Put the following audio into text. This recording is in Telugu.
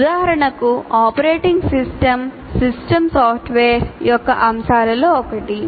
ఉదాహరణకు ఆపరేటింగ్ సిస్టమ్స్ సిస్టమ్ సాఫ్ట్వేర్ యొక్క అంశాలలో ఒకటి